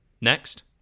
Next